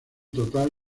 total